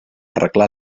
arreglar